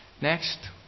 Next